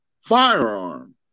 firearm